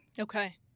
Okay